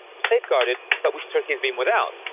safeguarded but which turkey has been without.